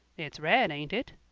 it's red, ain't it?